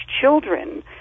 children